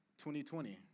2020